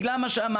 בגלל מה שאמרתי.